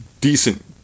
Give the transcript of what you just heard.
decent